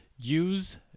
use